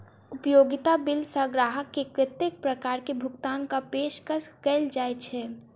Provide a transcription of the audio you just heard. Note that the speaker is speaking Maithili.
उपयोगिता बिल सऽ ग्राहक केँ कत्ते प्रकार केँ भुगतान कऽ पेशकश कैल जाय छै?